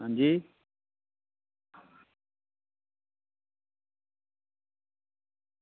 अंजी